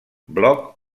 blog